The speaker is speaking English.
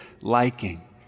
liking